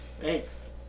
Thanks